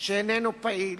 שאינו פעיל,